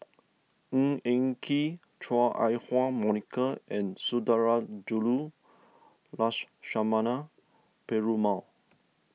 Ng Eng Kee Chua Ah Huwa Monica and Sundarajulu Lakshmana Perumal